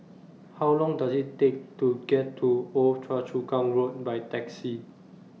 How Long Does IT Take to get to Old Choa Chu Kang Road By Taxi